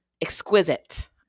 exquisite